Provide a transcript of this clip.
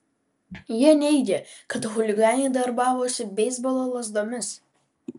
jie neigė kad chuliganai darbavosi beisbolo lazdomis